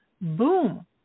Boom